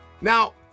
Now